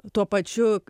tuo pačiu